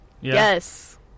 Yes